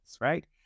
right